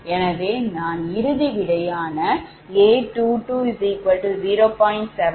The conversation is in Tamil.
எனவே நான் இறுதி விடையான A220